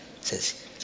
Says